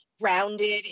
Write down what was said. grounded